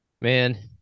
Man